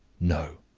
no,